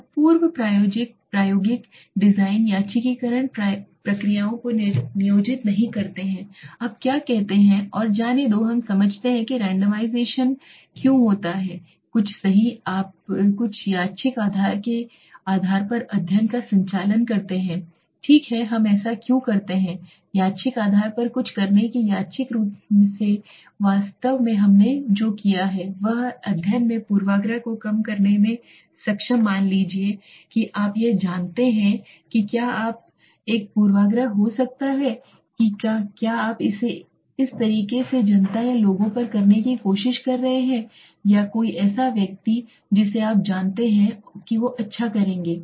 तो पूर्व प्रायोगिक डिजाइन यादृच्छिककरण प्रक्रियाओं को नियोजित नहीं करते हैं अब क्या कहते हैं और जाने दो हम समझते हैं कि रैंडमाइजेशन रैंडमाइजेशन क्यों होता है कुछ सही आप कुछ यादृच्छिक आधार के आधार पर एक अध्ययन का संचालन करते हैं ठीक है हम ऐसा क्यों करते हैं यादृच्छिक आधार पर कुछ करने से यादृच्छिक रूप से वास्तव में हमने जो किया है वह है अध्ययन में पूर्वाग्रह को कम करने में सक्षम मान लीजिए कि आप यह जानते हैं कि आप क्या जानते हैं तब एक पूर्वाग्रह हो सकता है कि आप इसे एक तरह की जनता या लोगों पर करने की कोशिश कर रहे हैं या कोई ऐसा व्यक्ति जिसे आप जानते हैं कि वे अच्छा करेंगे